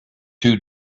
two